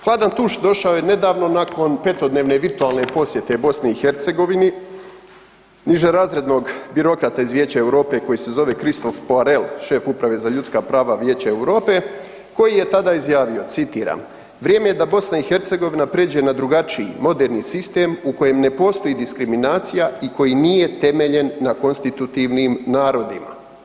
Hladan tuš došao je nedavno nakon 5-to dnevne virtualne posjete BiH nižerazrednog birokrata iz Vijeća Europe koji se zove Christophe Poirel, šef Uprave za ljudska prava Vijeća Europe koji je tada izjavio, citiram: Vrijeme je da BiH pređe na drugačiji moderni sistem u kojem ne postoji diskriminacija i koji nije temeljen na konstitutivnim narodima.